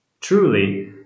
Truly